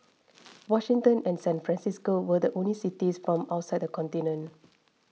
Washington and San Francisco were the only cities from outside the continent